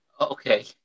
Okay